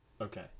Okay